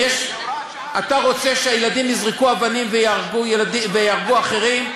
אתה רוצה שהילדים יזרקו אבנים ויהרגו אחרים?